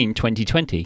2020